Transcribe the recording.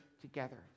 together